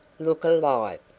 look alive!